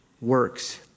Works